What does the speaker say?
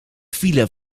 file